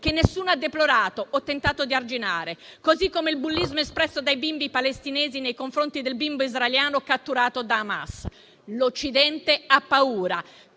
che nessuno ha deplorato o tentato di arginare; così come il bullismo espresso dai bimbi palestinesi nei confronti del bimbo israeliano catturato da Hamas. L'Occidente ha paura